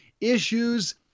issues